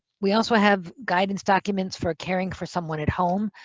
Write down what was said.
we also have guidance documents for caring for someone at home.